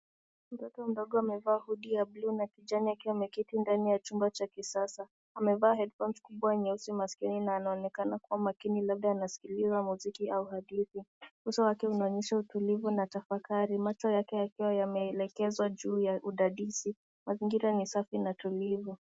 Mtoto mdogo amevaa hoodie ya blue na kijani akiwa ameketi ndani ya chumba cha kisasa. Amevaa headphones kubwa nyeusi masikioni na anaonekana kuwa makini labda anasikiliza muziki au hadithi. Uso wake unaonyesha utulivu na tafakari. Macho yake yakiwa yameelekezwa juu ya udadisi. Mazingira ni safi na tulivu.